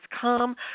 come